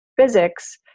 physics